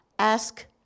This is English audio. Ask